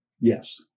Yes